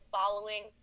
following